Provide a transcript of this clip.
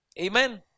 amen